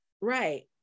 right